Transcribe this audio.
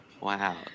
Wow